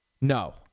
No